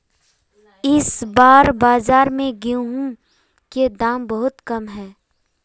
इस बार बाजार में गेंहू के दाम बहुत कम है?